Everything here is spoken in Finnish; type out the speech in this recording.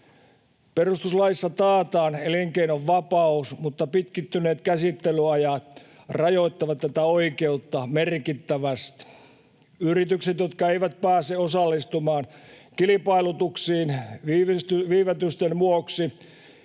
Perustuslaissa taataan elinkeinonvapaus, mutta pitkittyneet käsittelyajat rajoittavat tätä oikeutta merkittävästi. Yritykset, jotka eivät pääse osallistumaan kilpailutuksiin viivästysten vuoksi,